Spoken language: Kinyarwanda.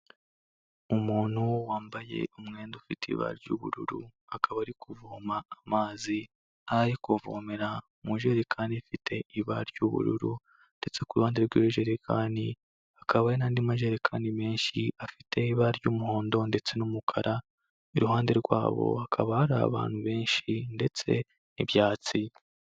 Umuntu wambaye umwenda ufite ibara ry'ubururu, akaba ari kuvoma amazi, ari kuvomera mu ijerekani ifite ibara ry'ubururu ndetse ku ruhande rw'iyo jerekani, hakaba hari n'andi majerekani menshi afite ibara ry'umuhondo ndetse n'umukara, iruhande rwabo hakaba hari abantu benshi ndetse n'ibyatsi.